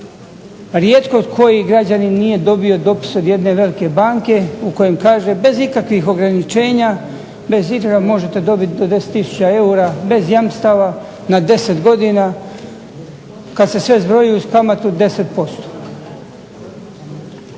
rijetko koji građanin nije dobio dopis od jedne velike banke u kojem kaže bez ikakvih ograničenja možete dobiti do 10 tisuća eura bez jamstava, na 10 godina kada se sve zbroji uz kamatu 10%